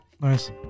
Nice